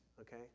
okay